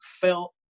felt